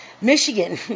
Michigan